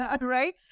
right